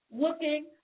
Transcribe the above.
Looking